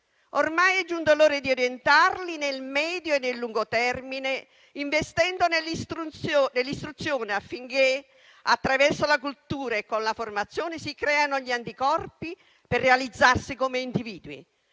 Ormai è giunta l'ora di orientarli nel medio e lungo termine, investendo nell'istruzione affinché, attraverso la cultura e con la formazione, si creino gli anticorpi per realizzarsi come individui.